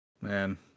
Man